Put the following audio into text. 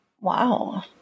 wow